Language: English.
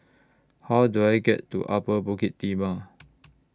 How Do I get to Upper Bukit Timah